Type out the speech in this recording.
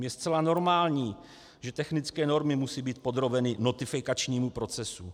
Je zcela normální, že technické normy musí být podrobeny notifikačnímu procesu.